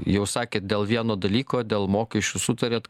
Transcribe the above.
jau sakėt dėl vieno dalyko dėl mokesčių sutarėt